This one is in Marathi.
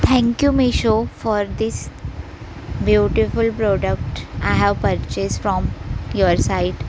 thank you Meesho for this beautiful product I have purchase from your site